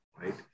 right